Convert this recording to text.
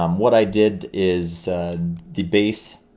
um what i did is the base